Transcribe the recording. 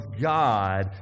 God